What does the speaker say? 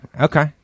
Okay